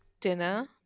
dinner